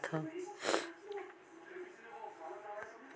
मैं ह ऑनलाइन भी पइसा जमा कर सकथौं?